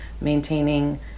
maintaining